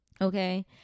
Okay